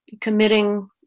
Committing